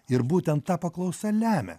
ir būtent ta paklausa lemia